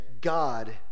God